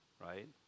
right